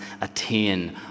attain